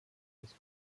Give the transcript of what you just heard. des